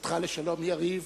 צאתך לשלום, יריב.